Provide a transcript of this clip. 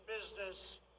business